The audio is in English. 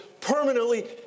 permanently